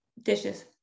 dishes